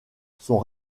sont